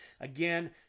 Again